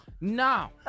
No